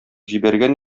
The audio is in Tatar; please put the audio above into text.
җибәргән